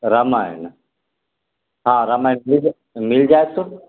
रामायण हॅं रमायण मिल जै मिल जायत